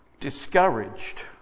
discouraged